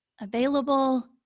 available